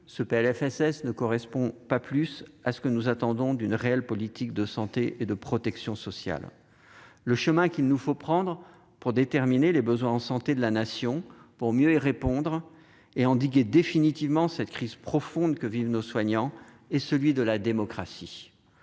ce PLFSS ne correspond toujours pas à ce que nous attendons d'une réelle politique de santé et de protection sociale. Le chemin qu'il nous faut prendre pour déterminer les besoins en santé de la Nation, pour mieux y répondre et endiguer définitivement cette crise profonde que vivent nos soignants, est celui de la démocratie.